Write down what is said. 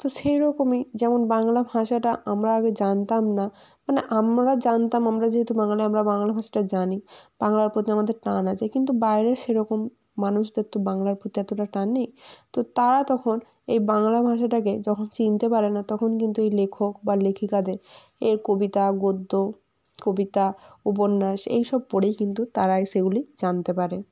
তো সেই রকমই যেমন বাংলা ভাষাটা আমরা আগে জানতাম না মানে আমরা জানতাম আমরা যেহেতু বাঙালি আমরা বাংলা ভাষাটা জানি বাংলার প্রতি আমাদের টান আছে কিন্তু বাইরে সেরকম মানুষদের তো বাংলার প্রতি এতটা টান নেই তো তারা তখন এই বাংলা ভাষাটাকে যখন চিনতে পারে না তখন কিন্তু এই লেখক বা লেখিকাদের এর কবিতা গদ্য কবিতা উপন্যাস এই সব পড়েই কিন্তু তারাই সেগুলি জানতে পারে